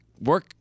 work